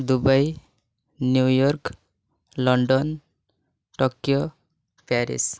Dubai New York London Tokyo Paris